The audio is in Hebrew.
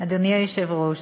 אדוני היושב-ראש,